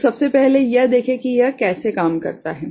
तो सबसे पहले यह देखें कि यह कैसे काम करता है